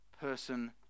person